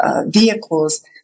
vehicles